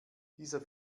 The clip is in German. dieser